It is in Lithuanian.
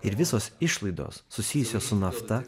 ir visos išlaidos susijusios su nafta